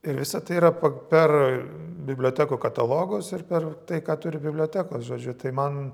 ir visa tai yra per bibliotekų katalogus ir per tai ką turi bibliotekos žodžiu tai man